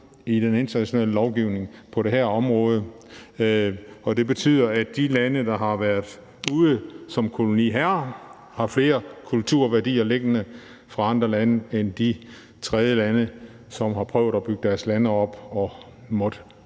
i den internationale lovgivning på det her område, og det betyder, at de lande, der har været ude som koloniherrer, har flere kulturværdier liggende fra andre lande end de tredjelande, som har prøvet at bygge deres lande op og har